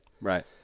Right